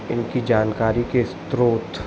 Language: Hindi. इनकी जानकारी के स्त्रोत